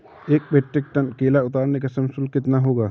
एक metric ton केला उतारने का श्रम शुल्क कितना होगा?